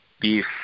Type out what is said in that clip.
beef